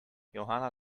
johanna